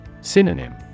Synonym